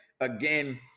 again